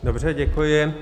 Dobře, děkuji.